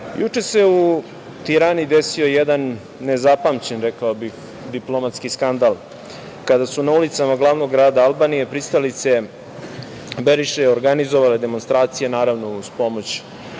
juče se u Tirani desio jedan nezapamćen, rekao bih, diplomatski skandal, kada su na ulicama glavnog grada Albanije pristalice Beriše organizovale demonstracije, naravno, uz pomoć